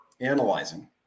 analyzing